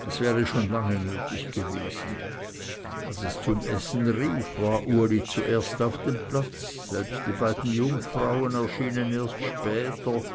es wäre schon lange nötig gewesen als es zum essen rief war uli zuerst auf dem platz selbst die beiden jungfrauen erschienen erst später